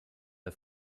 der